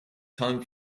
time